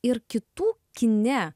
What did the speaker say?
ir kitų kine